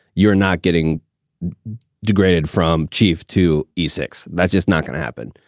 you're not getting degraded from chief to e six. that's just not going to happen.